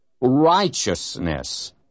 righteousness